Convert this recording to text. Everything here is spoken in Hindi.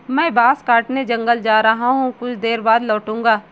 मैं बांस काटने जंगल जा रहा हूं, कुछ देर बाद लौटूंगा